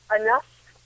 enough